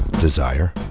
desire